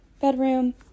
bedroom